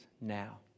now